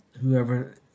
whoever